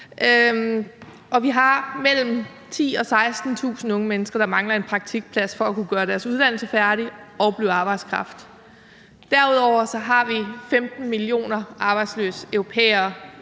Og vi har mellem 10.000 og 16.000 unge mennesker, der mangler en praktikplads for at kunne gøre deres uddannelse færdig og blive arbejdskraft. Derudover har vi 15 millioner arbejdsløse europæere,